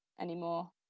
anymore